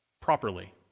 properly